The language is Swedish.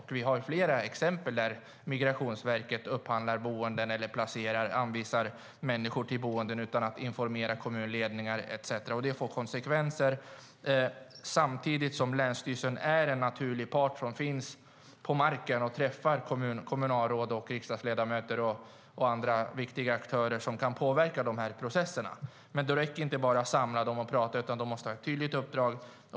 Det finns flera exempel på att Migrationsverket upphandlar boenden eller anvisar människor till boenden utan att informera kommunledningar, och det får konsekvenser. Länsstyrelsen är en naturlig part som finns på marken och som träffar kommunalråd, riksdagsledamöter och andra viktiga aktörer som kan påverka processerna. Men det räcker inte bara med att samla aktörerna och prata med dem, utan de måste ha ett tydligt uppdrag.